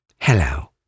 hello